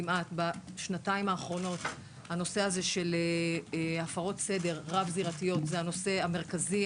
בשנתיים האחרונות הנושא הזה של הפרות סדר רב-זירתיות הוא הנושא המרכזי,